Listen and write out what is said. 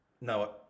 No